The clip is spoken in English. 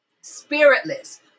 spiritless